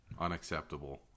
unacceptable